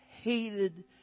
hated